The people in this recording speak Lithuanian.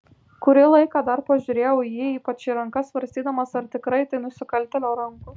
kurį laiką dar pažiūrėjau į jį ypač į rankas svarstydamas ar tikrai tai nusikaltėlio rankos